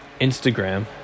Instagram